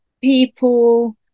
people